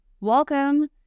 welcome